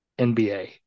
NBA